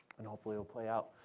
and hopefully it'll play out.